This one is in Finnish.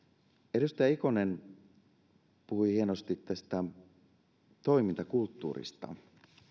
edustaja ikonen puhui hienosti tästä toimintakulttuurista